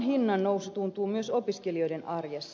ruuan hinnannousu tuntuu myös opiskelijoiden arjessa